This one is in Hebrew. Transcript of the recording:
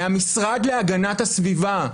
מהמשרד להגנת הסביבה,